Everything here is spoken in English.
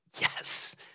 Yes